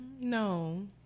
No